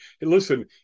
Listen